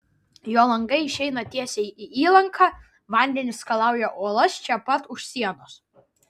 jo langai išeina tiesiai į įlanką vandenys skalauja uolas čia pat už sienos